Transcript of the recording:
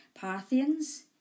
Parthians